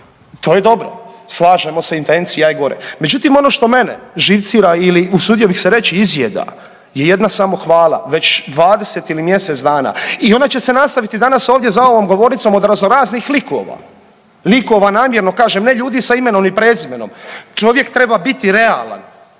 to je dobro, slažemo intencija je gore. Međutim ono što mene živcira ili usudio bih se reći izjeda je jedna samohvala, već 20 ili mjesec dana i ona će se nastaviti danas ovdje za ovom govornicom od raznoraznih likova. Likova namjerno kažem, ne ljudi sa imenom i prezimenom. Čovjek treba biti realan,